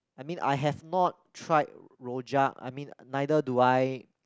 I mean I have not tried rojak I mean neither do I